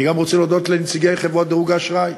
אני גם רוצה להודות לנציגי חברות דירוג האשראי,